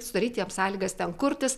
sudaryti sąlygas ten kurtis